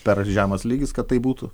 per žemas lygis kad taip būtų